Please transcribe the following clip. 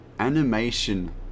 Animation